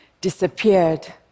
disappeared